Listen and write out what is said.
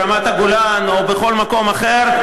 ברמת-הגולן או בכל מקום אחר,